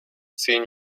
zehn